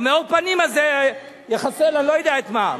מאור הפנים הזה יחסל, לא יודע את מה.